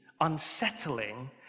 unsettling